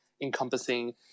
encompassing